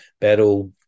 battle